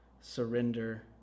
surrender